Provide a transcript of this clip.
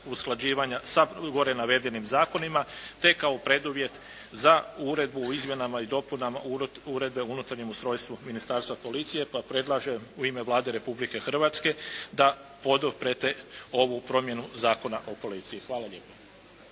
usklađivanja sa gore navedenim zakonima te kao preduvjet za Uredbu o izmjenama i dopunama Uredbe o unutarnjem ustrojstvu Ministarstva policije pa predlažem u ime Vlade Republike Hrvatske da poduprete ovu promjenu Zakona o policiji. Hvala lijepa.